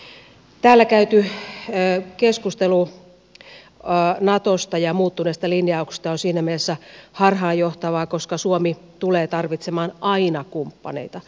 täällä käyty keskustelu natosta ja muuttuneista linjauksista on siinä mielessä harhaanjohtavaa koska suomi tulee tarvitsemaan aina kumppaneita